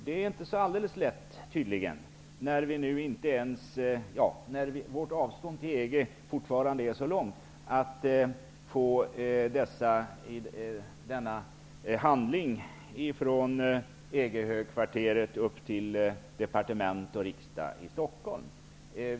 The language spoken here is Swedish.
Det är inte alldeles lätt, när vårt avstånd till EG fortfarande är så långt, att få denna handling skickad från EG-högkvarteret upp till departement och riksdag i Stockholm.